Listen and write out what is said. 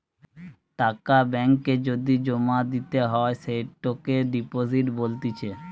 টাকা ব্যাঙ্ক এ যদি জমা দিতে হয় সেটোকে ডিপোজিট বলতিছে